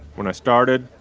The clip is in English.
when i started,